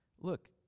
look